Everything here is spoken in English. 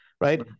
right